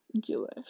Jewish